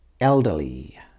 elderly